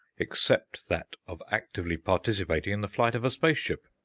except that of actively participating in the flight of a spaceship!